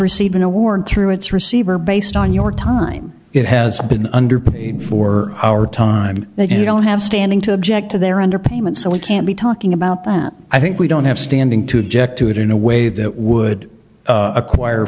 received an award through its receiver based on your time it has been underpaid for our time that you don't have standing to object to their underpayment so we can't be talking about that i think we don't have standing to object to it in a way that would acquire